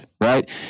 Right